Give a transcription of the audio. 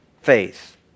faith